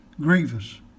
grievous